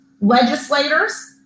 legislators